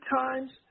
times